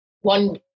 One